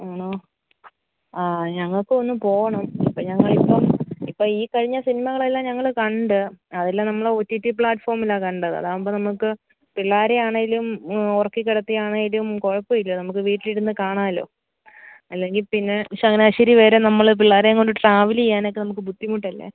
ആണോ ആ ഞങ്ങൾക്ക് ഒന്ന് പോവണം അപ്പം ഞങ്ങളിപ്പം ഇപ്പം ഈ കഴിഞ്ഞ സിനിമകളെല്ലാം ഞങ്ങൾ കണ്ട് അതെല്ലാം നമ്മൾ ഒ ടി ടി പ്ലാറ്റഫോമിലാണ് കണ്ടത് അതാകുമ്പം നമുക്ക് പിള്ളേരെ ആണെങ്കിലും ഉറക്കി കിടത്തിയാണെങ്കിലും കുഴപ്പമില്ല നമുക്ക് വിട്ടിലിരുന്ന് കാണാമല്ലോ അല്ലെങ്കിൽ പിന്നെ ചങ്ങനാശ്ശേരി വരെ നമ്മൾ പിള്ളേരെയും കൊണ്ട് ട്രാവൽ ചെയ്യാനൊക്കെ നമുക്ക് ബുദ്ധിമുട്ടല്ലേ